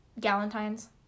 Galentine's